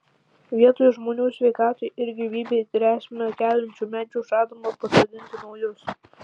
vietoj žmonių sveikatai ir gyvybei grėsmę keliančių medžių žadama pasodinti naujus